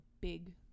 big